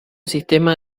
sistema